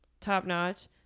top-notch